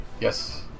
Yes